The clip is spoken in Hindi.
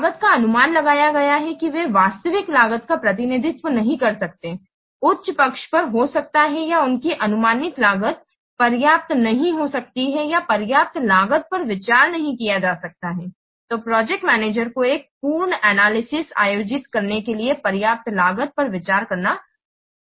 लागत का अनुमान लगाया गया है कि वे वास्तविक लागत का प्रतिनिधित्व नहीं कर सकते हैं उच्च पक्ष पर हो सकता है या उनकी अनुमानित लागत पर्याप्त नहीं हो सकती है या पर्याप्त लागत पर विचार नहीं किया जा सकता है तो प्रोजेक्ट मैनेजर को एक पूर्ण एनालिसिस आयोजित करने के लिए पर्याप्त लागत पर विचार नहीं करना पड़े